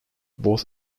both